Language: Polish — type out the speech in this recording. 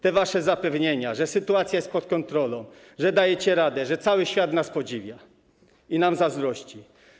Te wasze zapewnienia, że sytuacja jest pod kontrolą, że dajecie radę, że cały świat nas podziwia i nam zazdrości.